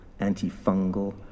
antifungal